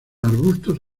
arbustos